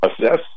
assess